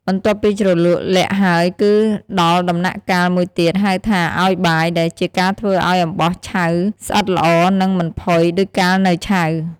បន្ទាប់ពីជ្រលក់ល័ក្តហើយគឺដល់ដំណាក់កាលមួយទៀតហៅថាឲ្យបាយ ដែលជាការធ្វើឲ្យអំបោះឆៅស្អិតល្អនិងមិនផុយដូចកាលនៅឆៅ។